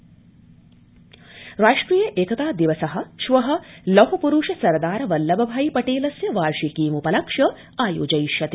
राष्ट्रिय एकता दिवस राष्ट्रिय एकता दिवस श्व लौह पुरूष सरदार वल्लभ भाई पटेलस्य वार्षिकीम्पलक्ष्य आयोजयिष्यते